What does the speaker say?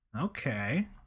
okay